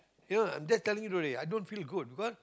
you know I just telling you today i don't feel good because